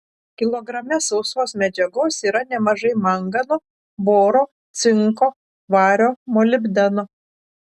kilograme sausos medžiagos yra nemažai mangano boro cinko vario molibdeno